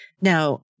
Now